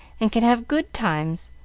and can have good times.